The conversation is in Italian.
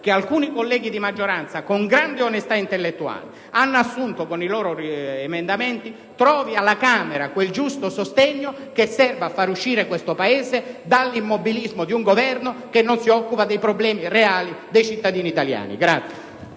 da alcuni colleghi di maggioranza con grande onestà intellettuale con i loro emendamenti, trovi alla Camera dei deputati quel giusto sostegno che serva a far uscire il nostro Paese dall'immobilismo di un Governo che non si occupa dei problemi reali dei cittadini italiani